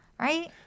Right